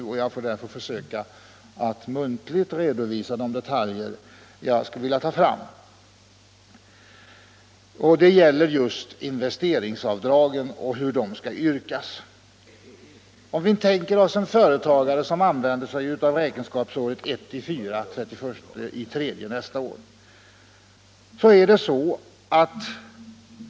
Jag får därför försöka att muntligen redovisa de detaljer jag skulle vilja ta fram. Det gäller frågan om hur investeringsavdragen skall yrkas. Jag tar som exempel en företagare som har räkenskapsåret 1 april-31 mars.